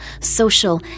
social